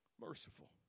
Merciful